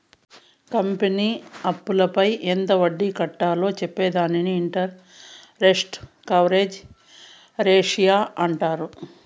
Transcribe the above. company అప్పులపై ఎంత వడ్డీ కట్టాలో చెప్పే దానిని ఇంటరెస్ట్ కవరేజ్ రేషియో అంటారు